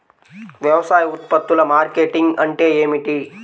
వ్యవసాయ ఉత్పత్తుల మార్కెటింగ్ అంటే ఏమిటి?